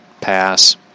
Pass